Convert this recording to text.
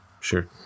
sure